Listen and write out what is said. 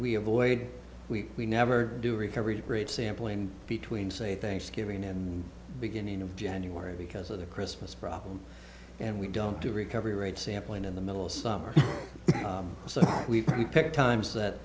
have void we we never do recovery rate sampling between say thanksgiving and beginning of january because of the christmas problem and we don't do recovery rate sampling in the middle of summer so we pick times that